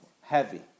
heavy